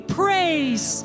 praise